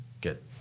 get